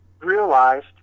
realized